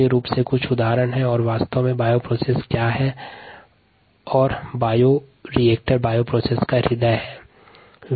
हम बायोप्रोसेस के कुछ उदाहरण से अवगत है और साथ ही यह भी देखा कि बायोरिएक्टर बायोप्रोसेस का ह्रदय है